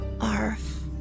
Arf